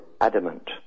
adamant